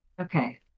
Okay